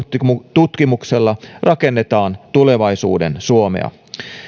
tutkimuksella rakennetaan tulevaisuuden suomea